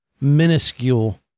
minuscule